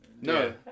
No